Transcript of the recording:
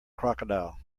crocodile